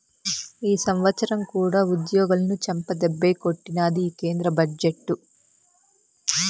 ఈ సంవత్సరం కూడా ఉద్యోగులని చెంపదెబ్బే కొట్టినాది ఈ కేంద్ర బడ్జెట్టు